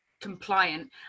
compliant